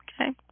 okay